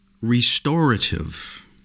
restorative